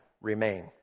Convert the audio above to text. remain